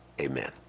Amen